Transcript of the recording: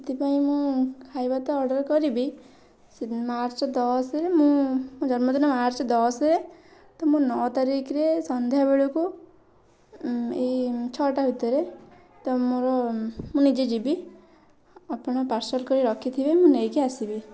ସେଥିପାଇଁ ମୁଁ ଖାଇବା ତ ଅର୍ଡ଼ର୍ କରିବି ସେ ମାର୍ଚ୍ଚ ଦଶରେ ମୁଁ ମୋ ଜନ୍ମଦିନ ମାର୍ଚ୍ଚ ଦଶରେ ତ ମୁଁ ନଅ ତାରିଖରେ ସନ୍ଧ୍ୟା ବେଳକୁ ଏଇ ଛଅଟା ଭିତେରେ ତ ମୋର ମୁଁ ନିଜେ ଯିବି ଆପଣ ପାର୍ସଲ୍ କରିକି ରଖିଥିବେ ମୁଁ ନେଇକି ଆସିବି